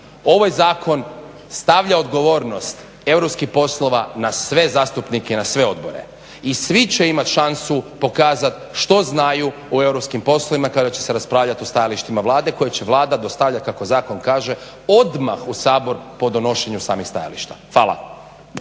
Ovaj zakon stavlja odgovornost europskih poslova na sve zastupnike i na sve odbore i svi će imati šansu pokazati što znaju o europskim poslovima kada će se raspravljati o stajalištima vlade koje će Vlada dostavljati kako zakon kaže odmah u Sabor po donošenju samih stajališta. Hvala.